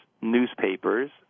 newspapers